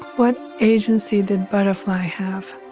what agency did butterfly have?